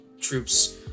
troops